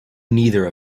neither